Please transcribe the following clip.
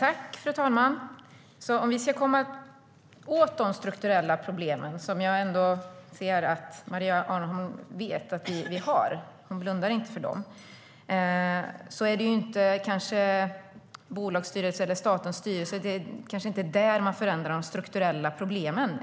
Fru talman! Om vi ska komma åt de strukturella problem som jag ändå ser att Maria Arnholm vet att vi har, för hon blundar inte för dem, är det kanske inte i bolagsstyrelser eller statliga styrelser som man förändrar dessa strukturella problem.